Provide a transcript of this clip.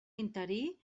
interí